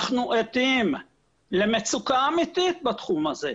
אנחנו עדים למצוקה אמיתית בתחום הזה.